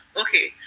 okay